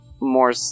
more